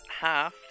half